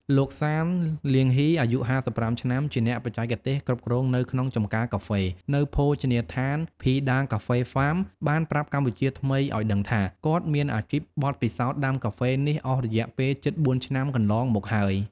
លោក ស៊ាន លាងហុី អាយុ៥៥ឆ្នាំ ជាអ្នកបច្ចេកទេសគ្រប់គ្រងនៅក្នុងចម្ការកាហ្វេ នៅភោជនីយដ្ឋាន ភីដាកាហ្វេហ្វាម បានប្រាប់កម្ពុជាថ្មីឲ្យដឹងថា គាត់មានអាជីពបទពិសោធដាំកាហ្វេនេះអស់រយៈពេលជិត៤ឆ្នាំកន្លងមកហើយ។